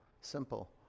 Simple